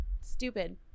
Stupid